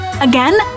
Again